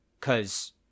cause